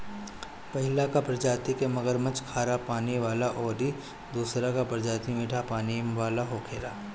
पहिलका प्रजाति के मगरमच्छ खारा पानी वाला अउरी दुसरका प्रजाति मीठा पानी वाला होखेला